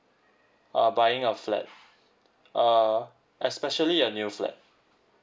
uh buying a flat uh especially a new flat